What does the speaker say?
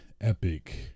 Epic